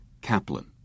Kaplan